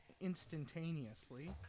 instantaneously